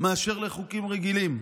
מאשר לחוקים רגילים.